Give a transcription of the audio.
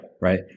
right